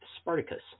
Spartacus